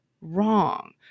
wrong